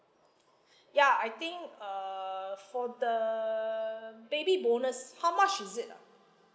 ya I think err for the baby bonus how much is it ah